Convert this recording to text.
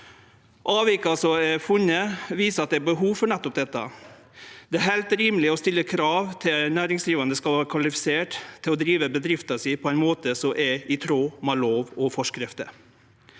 Avvika som er funne, viser at det er behov for nettopp dette. Det er heilt rimeleg å stille krav om at næringsdrivande skal vere kvalifiserte til å drive bedrifta si på ein måte som er i tråd med lov og forskrifter.